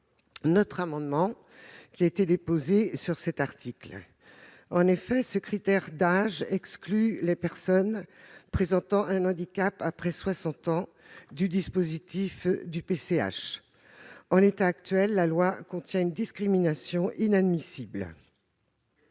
l'amendement que nous avions déposé sur cet article. En effet, ce critère d'âge exclut les personnes présentant un handicap après 60 ans du dispositif de la PCH. En l'état actuel, la loi contient une discrimination inadmissible,